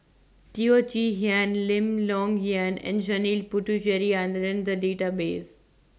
Teo Chee Hean Lim Long Yiang and Janil Puthucheary and in The Database